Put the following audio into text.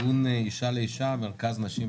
ארגון אישה לאישה, מרכז נשים,